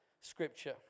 Scripture